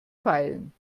feilen